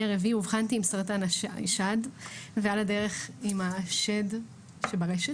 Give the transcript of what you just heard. הרביעי אובחנתי עם סרטן השד ועל הדרך עם השד שברשת.